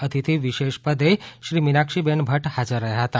અતિથિ વિશેષ પદે શ્રી મિનાક્ષીબેન ભદ્દ હાજર રહ્યા હતા